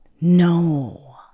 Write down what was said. No